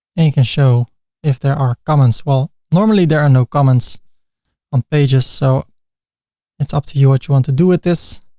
and you can show if there are comments. well, normally, there are no comments on pages so it's up to you what you want to do with this.